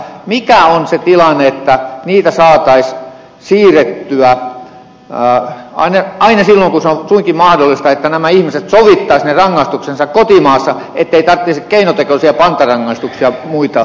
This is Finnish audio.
mikä on se tilanne että niitä saataisiin siirrettyä aina silloin kun se on suinkin mahdollista että nämä ihmiset sovittaisivat ne rangaistuksensa kotimaassa ettei tarvitsisi keinotekoisia pantarangaistuksia ja muita keksiä tänne maahan